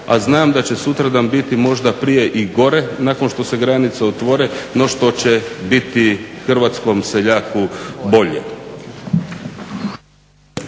a znam da će sutra biti možda prije i gore nakon što se granice otvore no što će biti hrvatskom seljaku bolje.